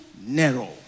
Narrow